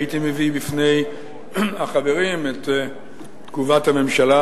הייתי מביא בפני החברים את תגובת הממשלה